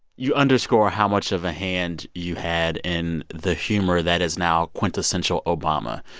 you underscore how much of a hand you had in the humor that is now quintessential obama.